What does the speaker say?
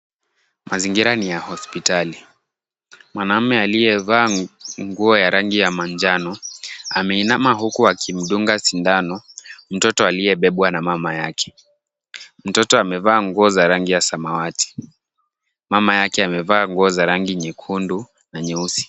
Mazingira ni ya hospitali. Mwanaume aliyevaa nguo ya rangi ya manjano ameinama huku akimdunga sindano mtoto aliyebebwa na mama yake. Mtoto amevaa nguo za rangi ya samawati. Mama yake amevaa nguo za rangi nyekundu na nyeusi.